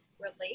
relate